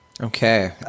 Okay